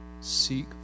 Seek